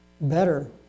better